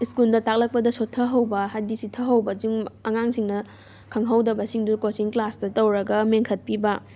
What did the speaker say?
ꯁ꯭ꯀꯨꯜꯗ ꯇꯥꯛꯂꯛꯄꯗ ꯁꯣꯊꯍꯧꯕ ꯍꯥꯏꯗꯤ ꯆꯤꯠꯊꯍꯧꯕꯁꯤꯡ ꯑꯉꯥꯡꯁꯤꯡꯅ ꯈꯪꯍꯧꯗꯕꯁꯤꯡꯗꯣ ꯀꯣꯆꯤꯡ ꯀ꯭ꯂꯥꯁꯇ ꯇꯧꯔꯒ ꯃꯦꯟꯈꯠꯄꯤꯕ